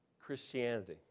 Christianity